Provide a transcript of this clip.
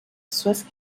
swiss